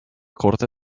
corte